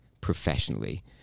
professionally